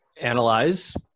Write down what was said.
analyze